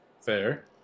Fair